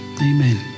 amen